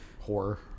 Horror